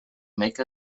make